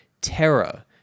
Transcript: terror